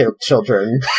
children